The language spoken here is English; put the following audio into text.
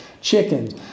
chickens